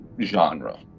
genre